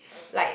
like